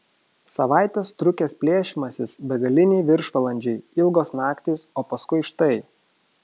savaites trukęs plėšymasis begaliniai viršvalandžiai ilgos naktys o paskui štai